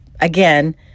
again